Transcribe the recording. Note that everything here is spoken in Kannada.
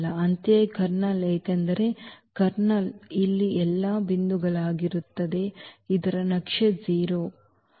ಅಂತೆಯೇ ಕರ್ನಲ್ ಏಕೆಂದರೆ ಕರ್ನಲ್ ಇಲ್ಲಿ ಎಲ್ಲ ಬಿಂದುಗಳಾಗಿರುತ್ತದೆ ಇದರ ನಕ್ಷೆ 0 ಸೆ